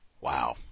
Wow